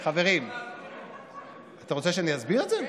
חברים, אתה רוצה שאני אסביר את זה?